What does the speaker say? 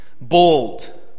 bold